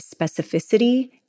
specificity